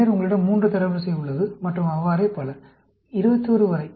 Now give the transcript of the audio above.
பின்னர் உங்களிடம் 3 தரவரிசை உள்ளது மற்றும் அவ்வாறே பல 21 வரை